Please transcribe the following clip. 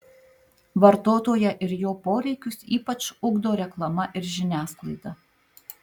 vartotoją ir jo poreikius ypač ugdo reklama ir žiniasklaida